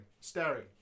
staring